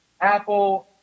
apple